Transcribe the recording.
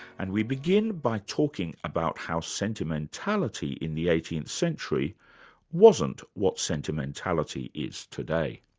and we begin by talking about how sentimentality in the eighteenth century wasn't what sentimentality is today.